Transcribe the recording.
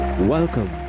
Welcome